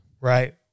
right